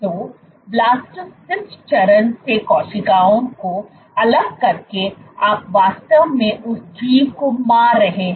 तो ब्लास्टोसिस्ट चरण से कोशिकाओं को अलग करके आप वास्तव में उस जीव को मार रहे हैं